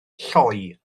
lloi